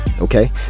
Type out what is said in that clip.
Okay